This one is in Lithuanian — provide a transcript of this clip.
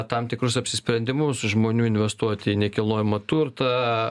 tam tikrus apsisprendimus žmonių investuoti į nekilnojamą turtą